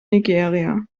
nigeria